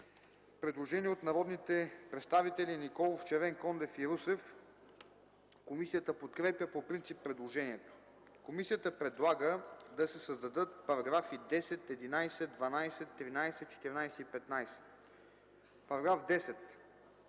Предложение от народните представители Николов, Червенкондев и Русев. Комисията подкрепя по принцип предложението. Комисията предлага да се създадат параграфи 10, 11, 12, 13, 14 и 15: „§ 10.